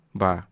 ba